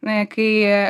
na kai